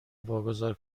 واگذار